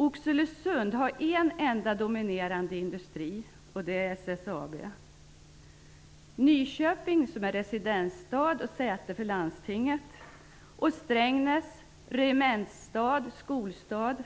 Oxelösund har en enda dominerande industri, nämligen SSAB. Nyköping, som är residensstad och säte för landstinget, samt Strängnäs, som är en regements och skolstad,